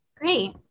great